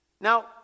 Now